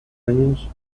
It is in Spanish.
años